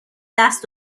دست